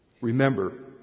Remember